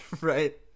Right